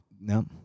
No